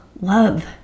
love